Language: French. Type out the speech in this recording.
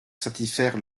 satisfaire